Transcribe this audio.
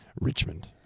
Richmond